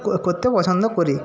করতে পছন্দ করি